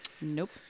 Nope